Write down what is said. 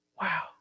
Wow